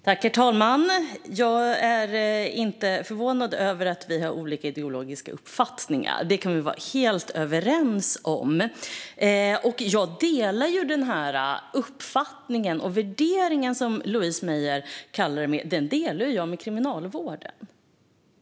Herr talman! Jag är inte förvånad över att vi har olika ideologiska uppfattningar - det kan vi vara helt överens om. Min uppfattning och värdering, som Louise Meijer kallar det, delar jag med Kriminalvården.